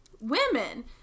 women